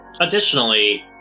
Additionally